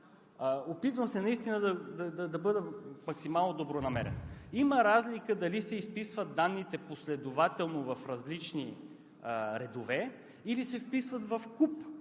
Опитвам се наистина да бъда максимално добронамерен. Има разлика дали се изписват данните последователно в различни редове, или се вписват в куп.